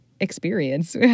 experience